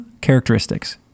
characteristics